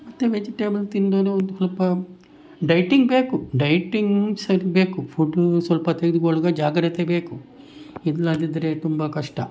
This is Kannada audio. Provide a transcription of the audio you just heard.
ಮತ್ತೆ ವೆಜಿಟೇಬಲ್ ತಿಂದೂ ಒಂದು ಸ್ವಲ್ಪ ಡಯಟಿಂಗ್ ಬೇಕು ಡಯಟಿಂಗ್ ಸ್ವಲ್ಪ ಬೇಕು ಫುಡ್ಡು ಸ್ವಲ್ಪ ತೆಗೆದುಕೊಳ್ಳೋದು ಜಾಗ್ರತೆ ಬೇಕು ಇಲ್ಲದದಿದ್ದರೆ ತುಂಬ ಕಷ್ಟ